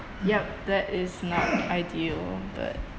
yup that is not ideal but